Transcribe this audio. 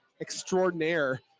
extraordinaire